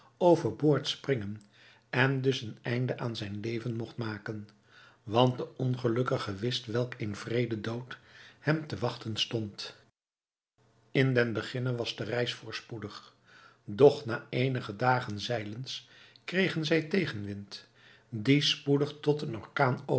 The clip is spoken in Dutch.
over boord springen en dus een einde aan zijn leven mogt maken want de ongelukkige wist welk een wreeden dood hem te wachten stond in den beginne was de reis voorspoedig doch na eenige dagen zeilens kregen zij tegenwind die spoedig tot een